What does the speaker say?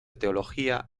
teología